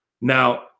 Now